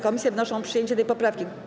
Komisje wnoszą o przyjęcie tej poprawki.